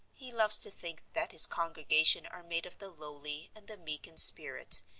he loves to think that his congregation are made of the lowly and the meek in spirit,